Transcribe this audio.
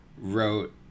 wrote